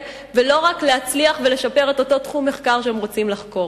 ולא רק להצליח ולשפר את אותו תחום מחקר שהם רוצים לחקור.